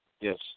Yes